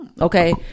Okay